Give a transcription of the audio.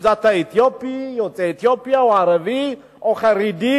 אם אתה יוצא אתיופי או ערבי או חרדי.